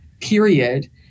period